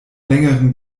längeren